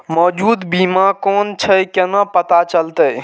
मौजूद बीमा कोन छे केना पता चलते?